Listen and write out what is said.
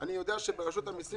אני יודע שברשות המיסים